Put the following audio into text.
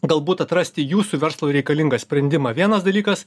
galbūt atrasti jūsų verslui reikalingą sprendimą vienas dalykas